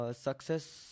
success